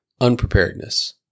unpreparedness